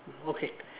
mm okay